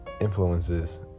influences